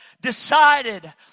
decided